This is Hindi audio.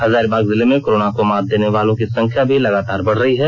हजारीबाग जिले में कोरोना को मात देने वालों की संख्या भी लगातार बढ़ रही है